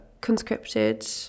conscripted